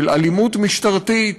של אלימות משטרתית,